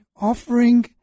offering